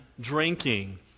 drinking